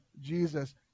Jesus